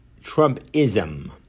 Trumpism